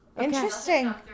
interesting